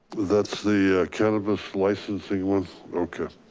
that's the cannabis licensing one? okay.